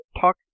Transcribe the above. talk